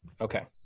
Okay